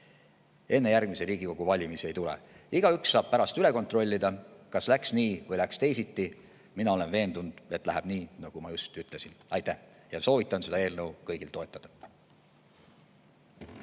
enne järgmisi Riigikogu valimisi ei tule. Igaüks saab pärast üle kontrollida, kas läks nii või teisiti. Mina olen veendunud, et läheb nii, nagu ma just ütlesin. Ja soovitan seda eelnõu kõigil toetada.